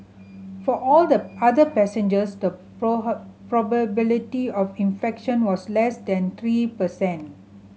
for all the other passengers the probability of infection was less than three per cent